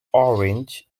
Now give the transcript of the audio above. orange